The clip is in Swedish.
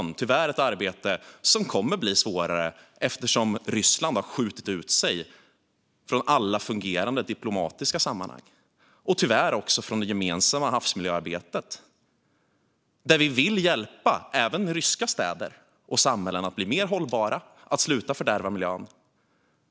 Detta är tyvärr ett arbete som kommer att bli svårare eftersom Ryssland har skjutit ut sig från alla fungerande diplomatiska sammanhang och tyvärr också från det gemensamma havsmiljöarbetet, där vi vill hjälpa även ryska städer och samhällen att bli mer hållbara och sluta att fördärva miljön.